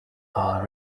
are